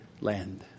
land